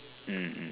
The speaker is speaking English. mm mm mm mm